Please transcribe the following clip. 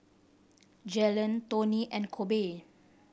Jalyn Toney and Kobe